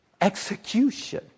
execution